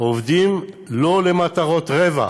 עובדים שלא למטרות רווח,